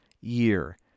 year